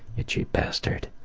you cheap bastard!